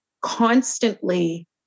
constantly